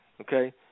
Okay